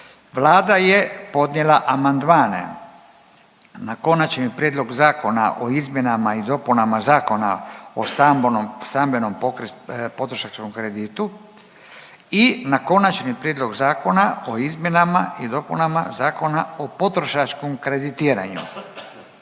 Vlada je podnijela amandmane na Konačni prijedlog Zakona o izmjenama i dopunama Zakona o stambenom potrošačkom kreditiranju i na Konačni prijedlog Zakona o izmjenama i dopunama Zakona o potrošačkom kreditiranju.